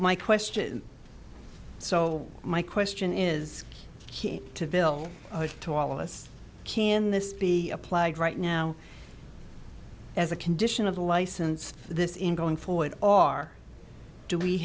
my question so my question is to bill to all of us can this be applied right now as a condition of the license this in going forward are do we